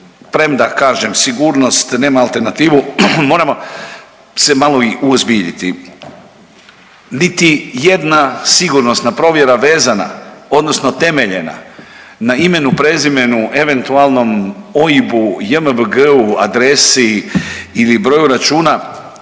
premda kažem sigurnost nema alternativu moramo se malo i uozbiljiti. Niti jedna sigurnosna provjera vezana, odnosno temeljena na imenu, prezimenu, eventualnom OIB-u, JMBG-u, adresi ili broju računa